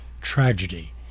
tragedy